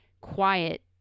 quiet